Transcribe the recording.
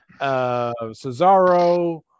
Cesaro